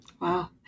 Wow